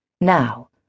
Now